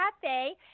Cafe